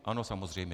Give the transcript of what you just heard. Ano, samozřejmě.